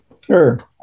Sure